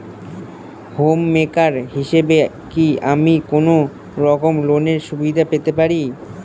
Home maker হিসেবে কি আমি কোনো রকম লোনের সুবিধা পেতে পারি?